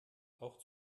auch